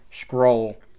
scroll